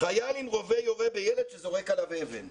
"חייל עם רובה יורה בילד שזורק עליו אבן".